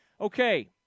Okay